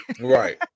right